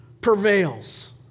prevails